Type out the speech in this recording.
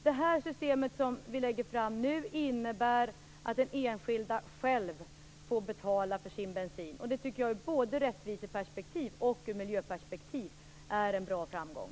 Det system som vi lägger fram nu innebär att den enskilda själv får betala för sin bensin. Det tycker jag både ur rättviseperspektiv och miljöperspektiv är en bra framgång.